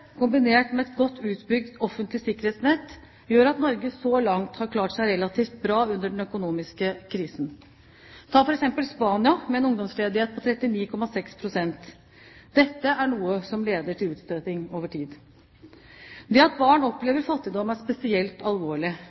kombinert med et godt utbygd offentlig sikkerhetsnett, gjør at Norge så langt har klart seg relativt bra under den økonomiske krisen. Ta f.eks. Spania, med en ungdomsledighet på 39,6 pst. – dette er noe som leder til utstøting over tid. Det at barn opplever fattigdom, er spesielt alvorlig,